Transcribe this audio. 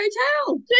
hotel